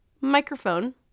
microphone